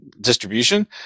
distribution